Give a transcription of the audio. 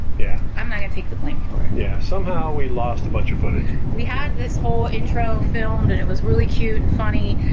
yeah. i'm not gonna take the blame for it. yeah, somehow we lost a bunch of footage. we had this whole intro filmed and it was really cute and funny